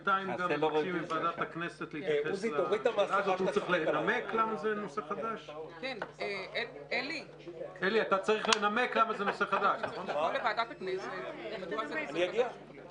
הישיבה ננעלה בשעה 17:13.